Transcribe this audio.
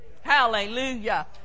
Hallelujah